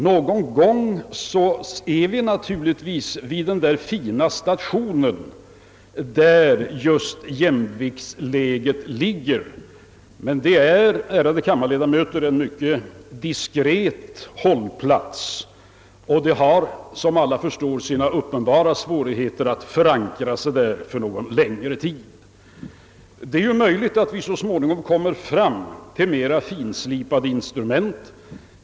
Någon gång är vi naturligtvis vid den där fina stationen, där just jämviktsläget finns. Men det är, ärade kammarledamöter, en mycket diskret hållplats och det är som alla förstår svårt att förankra sig där någon längre tid. Det är möjligt att vi så småningom får fram mera finslipade instrument.